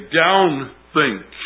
downthink